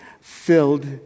filled